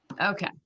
Okay